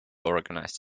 organized